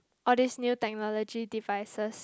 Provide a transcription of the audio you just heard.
all these new technology devices